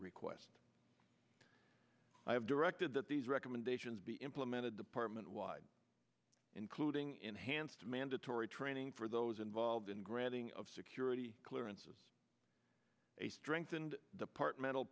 request i have directed that these recommendations be implemented department wide including enhanced mandatory training for those involved in granting of security clearances a strengthened departmental